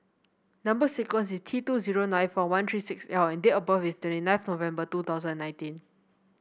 number sequence is T two zero nine four one three six L and date of birth is twenty nine November two thousand and nineteen